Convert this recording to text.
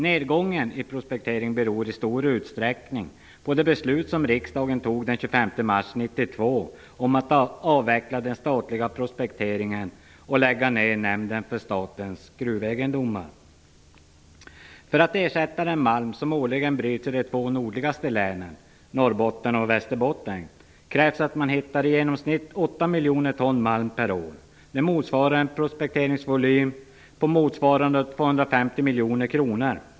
Nedgången i prospekteringen beror i stor utsträckning på de beslut riksdagen fattade den 25 mars 1992 om att avveckla den statliga prospekteringen och lägga ner Nämnden för statens gruvegendomar. För att ersätta den malm som årligen bryts i de två nordligaste länen, Norrbotten och Västerbotten, krävs att man hittar i genomsnitt 8 miljoner ton malm per år. Det innebär en prospekteringsvolym på motsvarande 250 miljoner kronor.